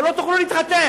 אבל לא תוכלו להתחתן,